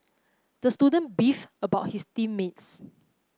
the student beefed about his team mates